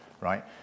right